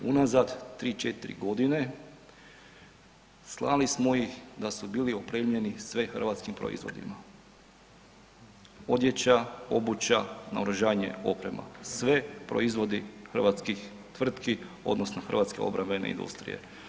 Unazad 3, 4 godine slali smo ih da su bili opremljeni sve hrvatskim proizvodima, odjeća, obuća, naoružanje, oprema, sve proizvodi hrvatskih tvrtki odnosno hrvatske obrambene industrije.